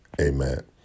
Amen